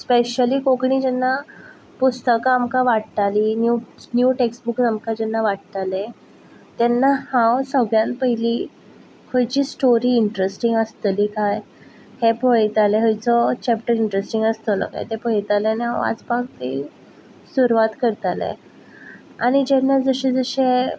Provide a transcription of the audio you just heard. specially Konkani जेन्ना पुस्तकां आमकां वाडटाली न्यू न्यू टेकस्ट बूक जेन्ना आमकां वाडटाले तेन्ना हांव सगळ्यांत पयलीं खंयची स्टोरी इंट्रेस्टींग आसतली काय हें पळयतालें खंयचो चेपटर इंट्रेस्टींग आसतलो काय तें पळयतालें आनी हांव वाचपाक ती सुरवात करतालें आनी जेन्ना जशें जशें